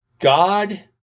God